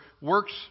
works